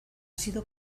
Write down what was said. sido